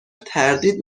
تردید